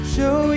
Show